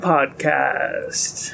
Podcast